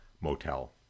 motel